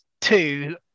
two